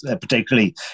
particularly